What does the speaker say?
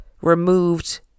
removed